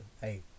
Hey